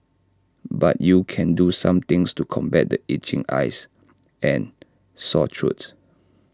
but you can do some things to combat the itching eyes and sore throats